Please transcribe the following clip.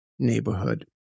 Neighborhood